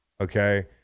okay